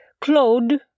Claude